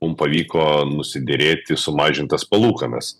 mum pavyko nusiderėti sumažintas palūkanas